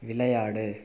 விளையாடு